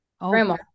Grandma